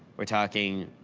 we're talking,